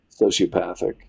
sociopathic